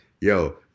yo